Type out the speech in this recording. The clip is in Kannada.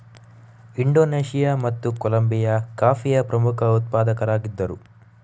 ಇಂಡೋನೇಷಿಯಾ ಮತ್ತು ಕೊಲಂಬಿಯಾ ಕಾಫಿಯ ಪ್ರಮುಖ ಉತ್ಪಾದಕರಾಗಿದ್ದರು